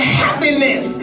happiness